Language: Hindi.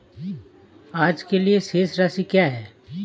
आज के लिए शेष राशि क्या है?